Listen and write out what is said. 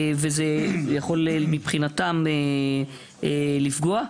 וזה יכול מבחינתם לפגוע.